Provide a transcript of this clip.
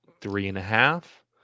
three-and-a-half